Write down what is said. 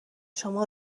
شما